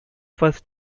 first